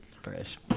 fresh